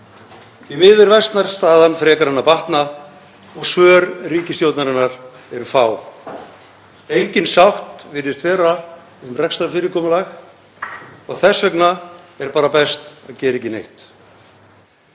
miður versnar staðan frekar en að batna og svör ríkisstjórnarinnar eru fá. Engin sátt virðist vera um rekstrarfyrirkomulag og þess vegna er best að gera ekki neitt.